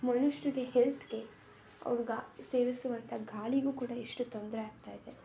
ಮನುಷ್ಯರಿಗೆ ಹೆಲ್ತಿಗೆ ಅವ್ರು ಗ ಸೇವಿಸುವಂಥ ಗಾಳಿಗೂ ಕೂಡ ಎಷ್ಟು ತೊಂದರೆ ಆಗ್ತಾಯಿದೆ